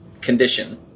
condition